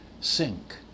sink